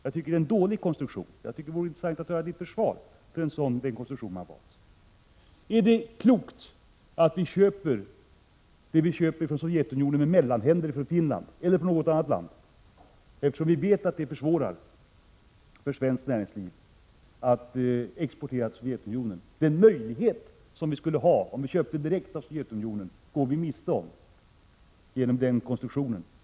Jag tycker att det är en dålig konstruktion, men det vore intressant att höra Leo Perssons försvar för den konstruktion hans parti har valt. Är det klokt att vi köper det vi köper från Sovjetunionen via mellanhänder i Finland eller något annat land, när vi vet att detta inte underlättar för svenskt näringsliv att exportera till Sovjetunionen. Den möjlighet vi skulle ha om vi köpte direkt från Sovjetunionen går vi miste om genom den konstruktionen.